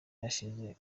yashize